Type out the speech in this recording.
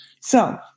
So-